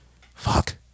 fuck